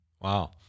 Wow